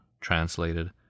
Translated